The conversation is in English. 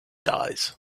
dies